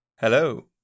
Hello